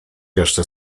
jeszcze